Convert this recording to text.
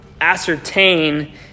ascertain